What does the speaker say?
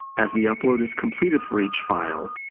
as the upload is completed for each file,